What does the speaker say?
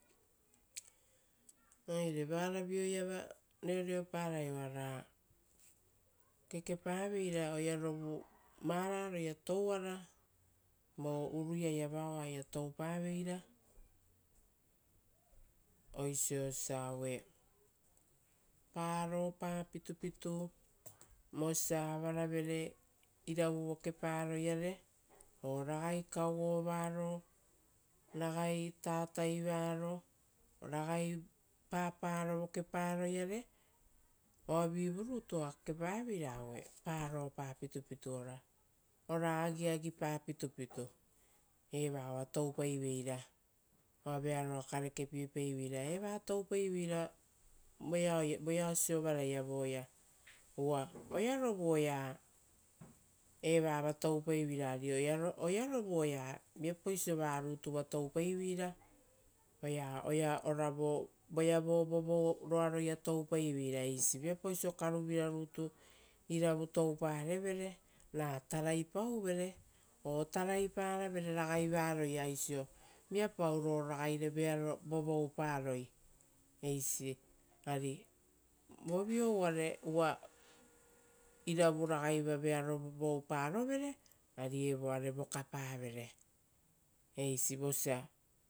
Oire varavio iava reoreoparai oara kekepaveira oearovu vararoia touara vo uruiai vao oaia toupaveira, oisio osia aue, paropa pitupitu, vosia avarevere iravu vokeparoiare o ragai kauovaro, ragai tataivaro, ragai paparo vokeparoiare. Oavivu rutu oa kekepaveira aue paropa pitupitu, ora, ora agiagipa pitupitu. Eva oa toupaiveira oa vearoa karekepiepaiveira. Eva toupaiveira voeao siovaraia, uva oearovu oearovu oea viapauso va rutuva toupaiveira oea ora voeavo vovouroaroia toupaiveira eisi. Viapauso karuvira rutu iravu touparevere ra taraipauvere o taraiparavere ragai varoia oisio viapau ro raiva vearo vovouparoi eisi. Ari vovio uva iravu ragaiva vearo